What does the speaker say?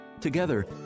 Together